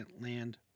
Land